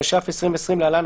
התש"ף 2020 (להלן,